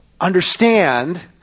understand